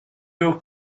your